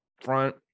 front